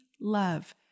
love